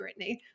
Britney